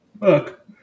Look